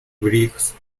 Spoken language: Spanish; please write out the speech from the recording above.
briggs